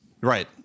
Right